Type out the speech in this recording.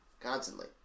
constantly